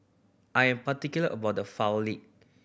I am particular about the